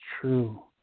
true